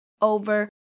over